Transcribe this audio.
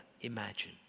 imagine